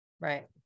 Right